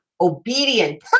obedient